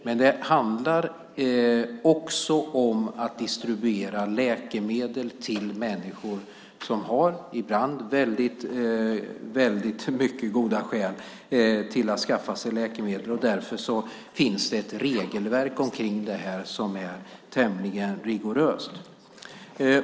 Men det handlar också om att distribuera läkemedel till människor som ibland har väldigt goda skäl till att skaffa sig läkemedel. Därför finns det ett regelverk omkring det här som är tämligen rigoröst.